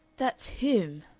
that's him,